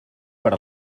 per